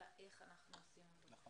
אלא איך אנחנו עושים אותו.